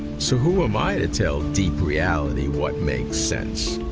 so who am i to tell deep reality what makes sense?